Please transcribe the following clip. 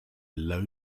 low